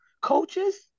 coaches